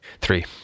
Three